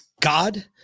God